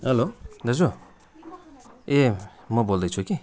hello दाजु ए म बोल्दैछु कि